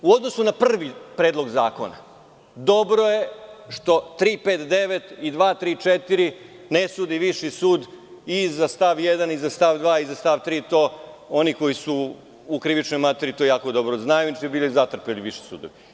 U odnosu na prvi Predlog zakona dobro je što 359. i 234. ne sudi Viši sud i za stav 1. i za stav 2. i za stav 3. Oni koji su u krivičnoj materiji to jako dobro znaju, inače bi bili zatrpani viši sudovi.